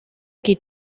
qui